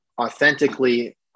authentically